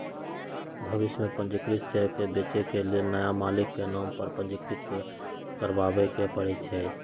भविष में पंजीकृत शेयर के बेचे के लेल नया मालिक के नाम पर पंजीकृत करबाबेके परै छै